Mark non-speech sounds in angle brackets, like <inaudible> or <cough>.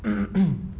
<noise>